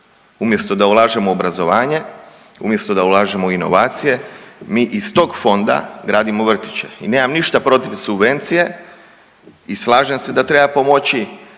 Umjesto da ulažemo u obrazovanje, umjesto da ulažemo u inovacije mi iz tog fonda gradimo vrtiće. I nemam ništa protiv subvencije i slažem se da treba pomoći,